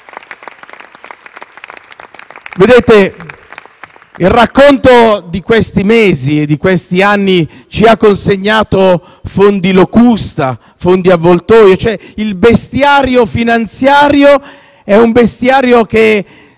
M5S)*. Il racconto di questi mesi e di questi anni ci ha consegnato fondi locusta, fondi avvoltoi. Il bestiario finanziario è un bestiario che